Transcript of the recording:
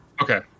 Okay